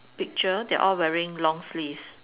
picture they are all wearing long sleeves